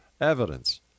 evidence